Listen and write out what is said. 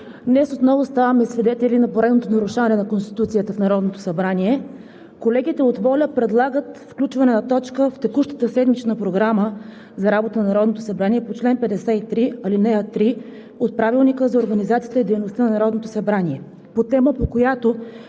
Днес отново ставаме свидетели на поредното нарушаване на Конституцията в Народното събрание. Колегите от „ВОЛЯ – Българските Родолюбци“ предлагат включване на точка в текущата седмична програма за работа на Народното събрание по чл. 53, ал. 3 от Правилника за организацията и дейността на Народното събрание по тема, по която